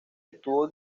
estuvo